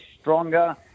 stronger